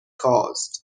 caused